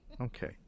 Okay